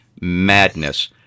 madness